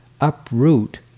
uproot